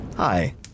Hi